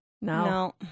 No